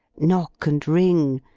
knock and ring,